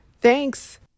Thanks